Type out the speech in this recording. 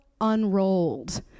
unrolled